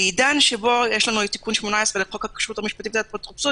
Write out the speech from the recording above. בעידן שבו יש לנו תיקון 18 לחוק הכשרות המשפטית והאפוטרופסות,